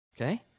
okay